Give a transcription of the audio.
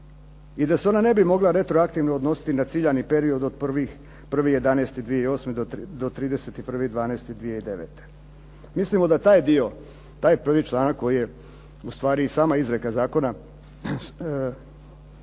i da se ona ne bi mogla retroaktivno odnositi na ciljani period od 1.11.2008. do 31.12.2009. Mislimo da taj dio, taj prvi članak koji je u stvari i sama izreka zakona